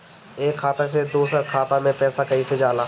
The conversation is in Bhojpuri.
एक खाता से दूसर खाता मे पैसा कईसे जाला?